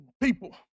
people